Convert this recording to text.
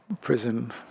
prison